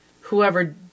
whoever